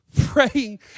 Praying